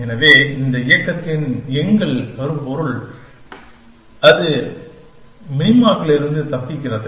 எனவே இந்த இயக்கத்தின் எங்கள் கருப்பொருள் அந்த மினிமாக்களிலிருந்து தப்பிக்கிறது